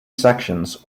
sections